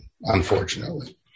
unfortunately